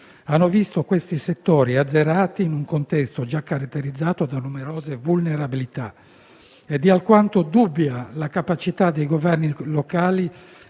hanno visto questi settori azzerati in un contesto già caratterizzato da numerose vulnerabilità. Ed è alquanto dubbia la capacità dei Governi locali